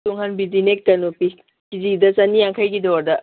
ꯇꯨꯡꯍꯟꯕꯤꯗꯤꯅꯦ ꯀꯩꯅꯣ ꯄꯤ ꯀꯦ ꯖꯤꯗ ꯆꯥꯅꯤꯌꯥꯡꯈꯩꯒꯤ ꯗꯣꯔꯗ